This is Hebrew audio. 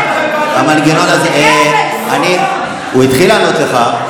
כל אזרחי מדינת ישראל רואים שהוא לא יודע לעשות שום דבר.